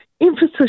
emphasis